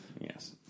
Yes